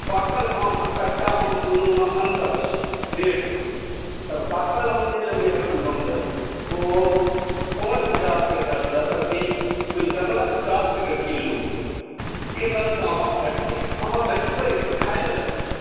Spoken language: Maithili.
पाकल आम आ कच्चा आम दुनूमे अन्तर छै रेटमे तऽ पाकल आम जे लेबै एखन बंबइ ओ पाँच हजारके दरसँ प्रति क्विंटल मतलब पचास टके किलोके दरसंँ अहाँ भेटतै अहाँ बचबै कि खाय लऽ लेबै